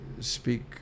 speak